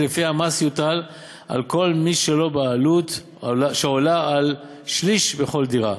שלפיה המס יוטל על כל מי שלו בעלות שעולה על שליש בכל דירה.